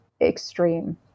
extreme